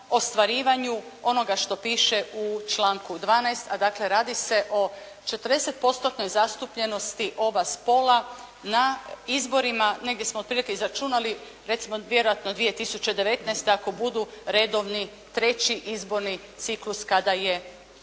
ostvarivanju onoga što piše u članku 12., a dakle radi se o 40%-oj zastupljenosti oba spola na izborima, negdje smo otprilike izračunali, recimo vjerojatno 2019. ako budu redovni treći izborni ciklus kada je u pitanju